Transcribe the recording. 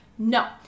No